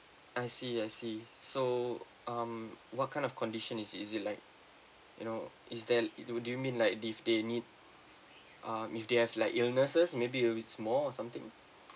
I see I see so um what kind of condition is is it like you know is there do do you mean like if they need ah if they have like illnesses maybe it's small or something